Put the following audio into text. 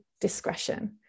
discretion